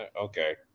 Okay